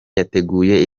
yateguye